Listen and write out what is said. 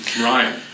Right